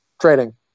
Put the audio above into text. trading